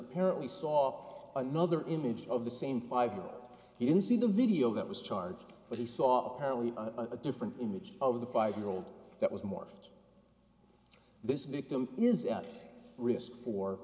apparently saw another image of the same five no he didn't see the video that was charged but he saw apparently a different image of the five year old that was more this victim is at risk for